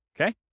Okay